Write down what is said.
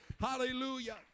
hallelujah